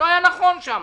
לא היה נכון שם.